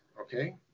okay